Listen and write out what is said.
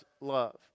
love